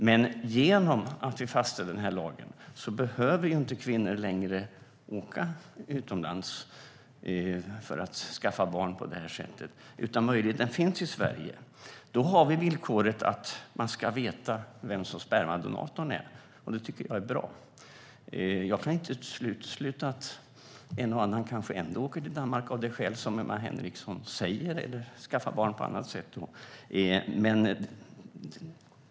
Men genom att vi fastställer lagen behöver kvinnor inte längre åka utomlands för att skaffa barn på det sättet. Då finns möjligheten i Sverige. Då har vi villkoret att man ska få veta vem spermadonatorn är. Det tycker jag är bra. Jag kan inte utesluta att en och annan kvinna kanske åker till Danmark ändå, av det skäl som Emma Henriksson säger, eller att de skaffar barn på annat sätt.